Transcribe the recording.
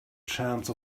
chance